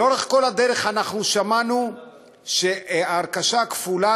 לאורך כל הדרך אנחנו שמענו שההרכשה הכפולה,